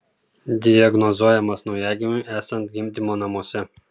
diagnozuojamas naujagimiui esant gimdymo namuose